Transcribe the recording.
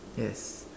yes